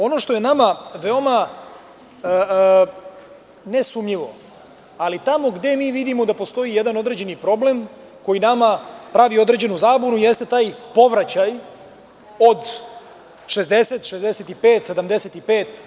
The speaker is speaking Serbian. Ono što je nama veoma nesumnjivo, ali tamo gde mi vidimo da postoji jedan određeni problem koji nama pravi određenu zabunu, jeste taj povraćaj od 60, 65, 75%